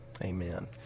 Amen